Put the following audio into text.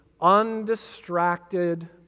undistracted